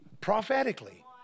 prophetically